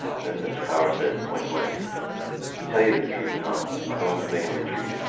then mr. power said, point blank to tell you the truth, tom, we're going to make a retreat.